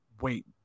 wait